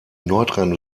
nordrhein